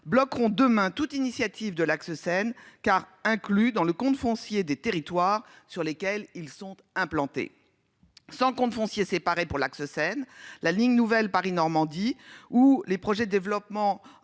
bloqueront demain toute initiative de l'axe Seine car inclus dans le compte foncier des territoires sur lesquels ils sont implantés. Sans compte foncier séparés pour l'axe Seine. La ligne nouvelle Paris-Normandie ou les projets, développement.